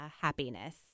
happiness